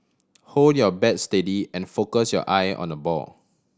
hold your bat steady and focus your eye on the ball